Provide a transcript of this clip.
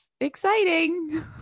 exciting